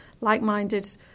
like-minded